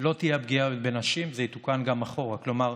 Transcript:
לא תהיה פגיעה בנשים, זה יתוקן גם אחורה, כלומר,